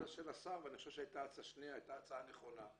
השר ואני חושב שזאת הייתה הצעה נכונה.